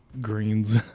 greens